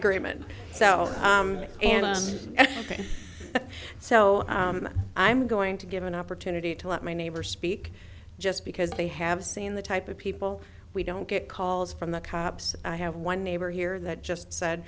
agreement so and so i'm going to give an opportunity to let my neighbor speak just because they have seen the type of people we don't get calls from the cops i have one neighbor here that just said